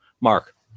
Mark